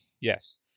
Yes